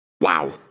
Wow